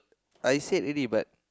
I said already but